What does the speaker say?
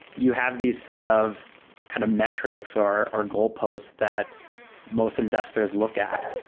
you have these set of kind of metrics or or goalposts that most investors look at.